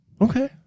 Okay